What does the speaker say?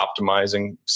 optimizing